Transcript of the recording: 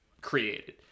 created